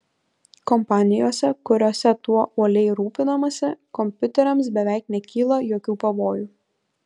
kompanijose kuriose tuo uoliai rūpinamasi kompiuteriams beveik nekyla jokių pavojų